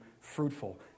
fruitful